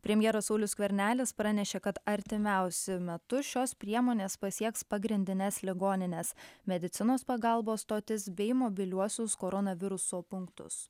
premjeras saulius skvernelis pranešė kad artimiausiu metu šios priemonės pasieks pagrindines ligonines medicinos pagalbos stotis bei mobiliuosius koronaviruso punktus